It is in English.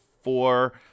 four